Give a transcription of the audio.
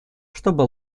чтобы